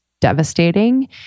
devastating